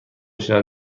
شدن